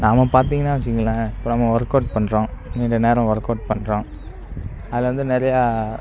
நாம் பார்த்தீங்கனா வச்சுங்களேன் இப்போ நம்ம ஒர்க் அவுட் பண்ணுறோம் நீண்ட நேரம் ஒர்க் அவுட் பண்ணுறோம் அதில் வந்து நிறையா